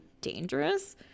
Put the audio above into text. dangerous